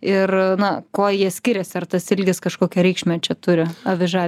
ir na kuo jie skiriasi ar tas ilgis kažkokią reikšmę čia turi aviža